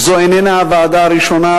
וזו אינה הוועדה הראשונה,